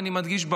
אני מדגיש,